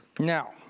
Now